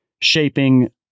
shaping